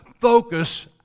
focus